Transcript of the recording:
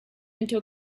into